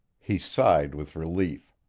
he sighed with relief.